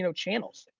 you know channels.